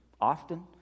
often